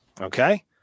Okay